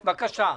בבקשה.